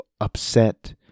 upset